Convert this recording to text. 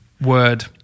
word